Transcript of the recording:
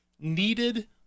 needed